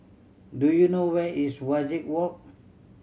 do you know where is Wajek Walk